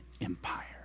Empire